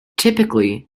typically